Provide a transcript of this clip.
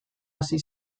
hasi